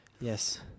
Yes